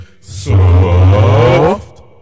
soft